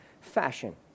fashion